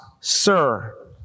sir